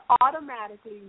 automatically